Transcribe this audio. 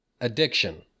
addiction